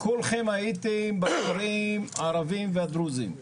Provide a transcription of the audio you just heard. כולכם הייתם בכפרים הערביים והדרוזים.